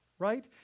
right